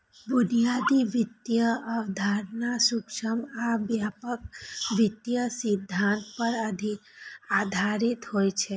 बुनियादी वित्तीय अवधारणा सूक्ष्म आ व्यापक वित्तीय सिद्धांत पर आधारित होइ छै